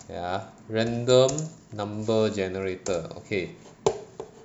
ya random number generator okay